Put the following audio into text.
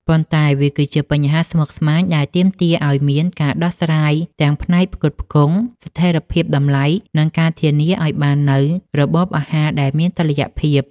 ប៉ុន្តែវាគឺជាបញ្ហាស្មុគស្មាញដែលទាមទារឱ្យមានការដោះស្រាយទាំងផ្នែកការផ្គត់ផ្គង់ ស្ថិរភាពតម្លៃ និងការធានាឱ្យបាននូវរបបអាហារដែលមានតុល្យភាព